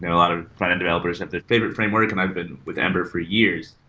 a lot of frontend developers have their favorite framework, and i've been with ember for years.